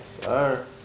sir